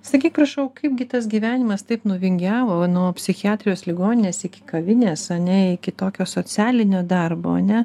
sakyk prašau kaipgi tas gyvenimas taip nuvingiavo nuo psichiatrijos ligoninės iki kavinės ar ne iki tokio socialinio darbo ar ne